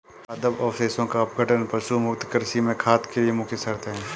पादप अवशेषों का अपघटन पशु मुक्त कृषि में खाद के लिए मुख्य शर्त है